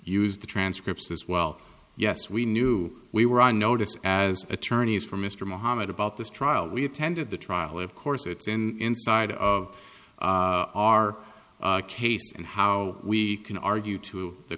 used the transcripts as well yes we knew we were on notice as attorneys for mr mohammed about this trial we attended the trial of course it's in inside of our case and how we can argue to the